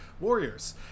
Warriors